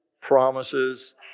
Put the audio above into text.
promises